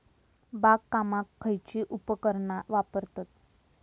बागकामाक खयची उपकरणा वापरतत?